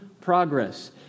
progress